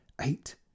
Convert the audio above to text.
eight